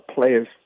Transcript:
player's